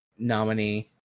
nominee